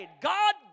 God